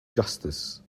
justice